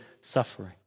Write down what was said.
suffering